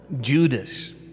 Judas